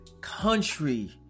Country